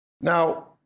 Now